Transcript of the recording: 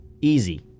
Easy